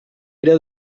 era